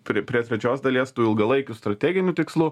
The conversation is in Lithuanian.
prie prie trečios dalies tų ilgalaikių strateginių tikslų